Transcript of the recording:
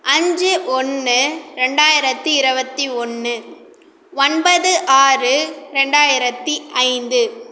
அஞ்சு ஒன்று ரெண்டாயிரத்து இருபத்தி ஒன்று ஒன்பது ஆறு ரெண்டாயிரத்து ஐந்து